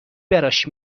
براش